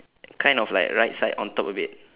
kind of like right side on top a bit